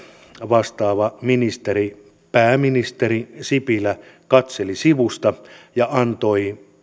vastaava ministeri pääministeri sipilä katseli sivusta ja antoi